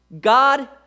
God